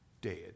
dead